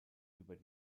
über